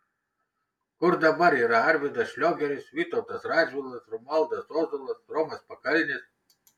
kur dabar yra arvydas šliogeris vytautas radžvilas romualdas ozolas romas pakalnis